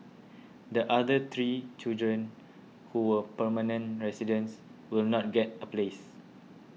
the other three children who were permanent residents will not get a place